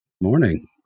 Morning